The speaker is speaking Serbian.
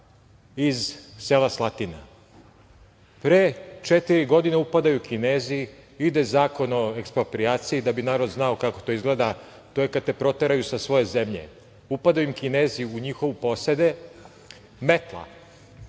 iz sela Slatina? Pre četiri godine upadaju Kinezi, ide Zakon o eksproprijaciji… Da bi narod znao kako to izgleda, to je kada te proteraju sa svoje zemlje. Upadaju Kinezi na njihove posede. Metla.